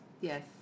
yes